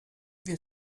wir